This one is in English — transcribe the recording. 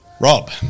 Rob